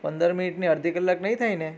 પંદર મિનિટની અડધી કલાક નહીં થાય ને